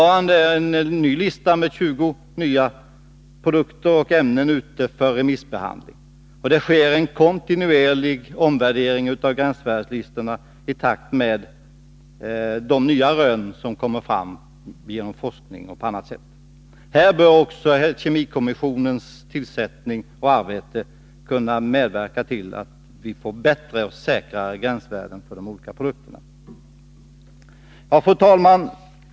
F. n. är en ny lista över 20 nya produkter och ämnen ute på remiss. Det sker en kontinuerlig omprövning av gränsvärdeslistorna i takt med de nya rön som kommer fram genom forskning och på annat sätt. Här bör också kemikommissionens tillsättning och arbete kunna medverka till att vi får bättre gränsvärden för de olika produkterna. Herr talman!